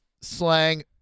slang